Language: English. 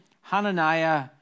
Hananiah